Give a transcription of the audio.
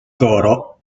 coro